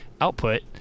output